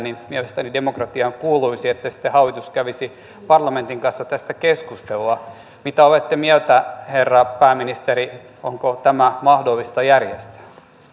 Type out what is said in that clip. niin mielestäni demokratiaan kuuluisi että sitten hallitus kävisi parlamentin kanssa tästä keskustelua mitä mieltä olette herra pääministeri onko tämä mahdollista järjestää